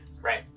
Right